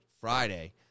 Friday